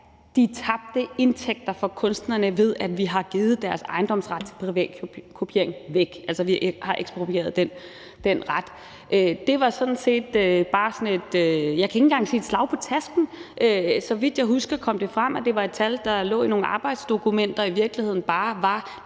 de tabte indtægter for kunstnerne, ved at vi har givet deres ejendomsret til privatkopiering væk. Altså, vi har eksproprieret den ret. Det var sådan set bare sådan et, jeg kan ikke engang sige slag på tasken. Så vidt jeg husker, kom det frem, at der var et tal, der i virkeligheden lå i nogle arbejdsdokumenter og bare angav